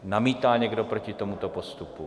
Namítá někdo proti tomuto postupu?